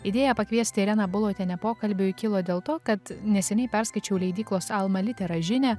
idėją pakviesti irena bulotienė pokalbiui kilo dėl to kad neseniai perskaičiau leidyklos alma litera žinią